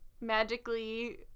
magically